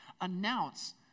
announce